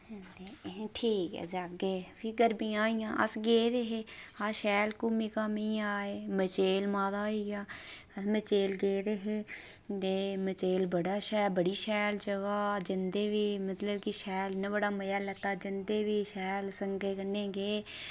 ऐहें ठीक ऐ जाह्गे भी गर्मियां आइयां अस गेदे हे अस शैल घुमी घामियै आए मचैल माता होइया ते अस मचैल गेदे हे ते मचैल मती शैल जगह मतलब जंदे बी शैल इन्ना बड़ा मज़ा लैता ते भी शैल संगें कन्नै गे